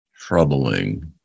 troubling